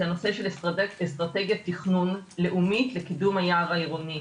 הנושא של אסטרטגיית תכנון לאומית לקידום היער העירוני.